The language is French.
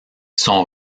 son